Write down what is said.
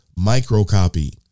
microcopy